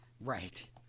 Right